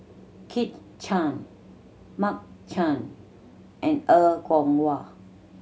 Kit Chan Mark Chan and Er Kwong Wah